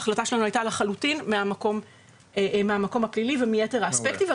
ההחלטה שלנו הייתה לחלוטין מהמקום הפלילי ומיתר האספקטים,